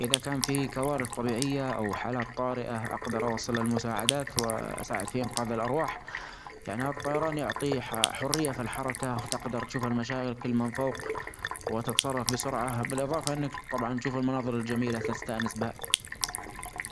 ،إذا كان في كوارث طبيعية أو حالات طارئة أقدر أوصل المساعدات وأساعد في إنقاذ الأرواح يعني الطيران يعطي ح-حرية في الحركة تقدر تشوف المشاكل من فوق وتتصرف بسرعة ،باإظافة إنك تشوف المناظر الجميلة تستأنس بها.